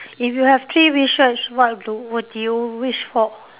if you have three wishes what do what do you wish for